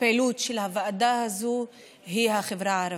פעילות של הוועדה הזאת זו החברה הערבית.